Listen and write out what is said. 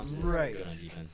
Right